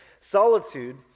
Solitude